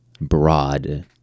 broad